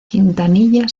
quintanilla